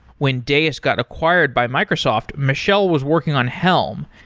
when deis got acquired by microsoft, michelle was working on helm,